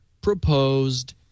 proposed